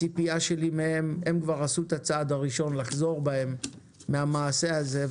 הציפייה שלי מהם הם כבר עשו את הצעד הראשון לחזור בהם מן המעשה הזה,